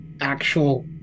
actual